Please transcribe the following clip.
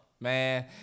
man